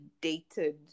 dated